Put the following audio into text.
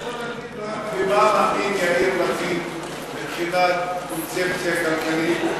אתה יכול להגיד במה מבין יאיר לפיד מבחינת קונספציה כלכלית?